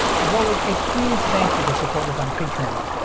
as always, a huge thank you to supporters on patreon!